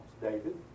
David